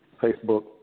Facebook